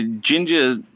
Ginger